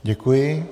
Děkuji.